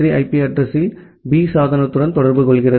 43 IP address யில் பி சாதனத்துடன் தொடர்பு கொள்கிறது